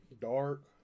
Dark